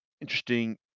interesting